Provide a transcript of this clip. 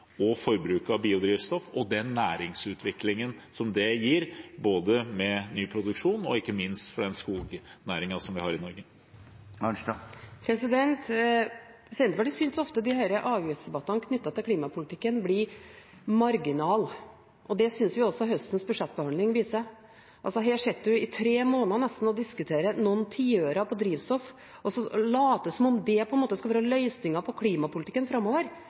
og forbruket av biodrivstoff og den næringsutviklingen som det gir, både med ny produksjon og ikke minst for skognæringa i Norge? Senterpartiet synes at disse avgiftsdebattene knyttet til klimapolitikken ofte blir marginale. Det synes vi også høstens budsjettbehandling viser. Her sitter vi i nesten tre måneder og diskuterer noen tiører på drivstoff, og later som om det på en måte er løsningen på klimapolitikken framover.